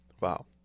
Wow